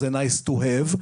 זה nice to have,